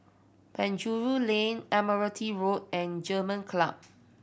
Penjuru Lane Admiralty Road and German Club